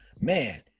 man